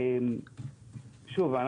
שוב,